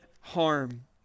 harm